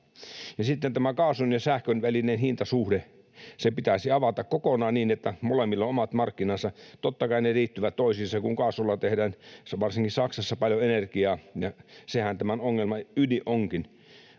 sitten tämä kaasun ja sähkön välinen hintasuhde pitäisi avata kokonaan niin, että molemmilla on omat markkinansa. Totta kai ne liittyvät toisiinsa, kun kaasulla tehdään varsinkin Saksassa paljon energiaa, ja sehän tämän ongelman ydin onkin.